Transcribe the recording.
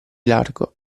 largo